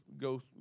go